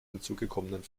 hinzugekommenen